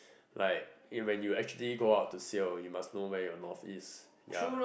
like you when you actually go out to sail you must know where your north is ya